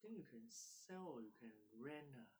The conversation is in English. think you can sell or you can rent ah